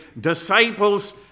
disciples